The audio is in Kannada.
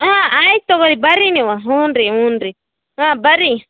ಹಾಂ ಆಯ್ತು ತಗೊಳ್ಳಿ ಬನ್ರಿ ನೀವು ಹ್ಞೂ ರೀ ಹ್ಞೂ ರೀ ಹಾಂ ಬನ್ರಿ